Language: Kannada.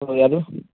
ಹಲೋ ಯಾರು